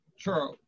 True